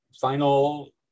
final